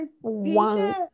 One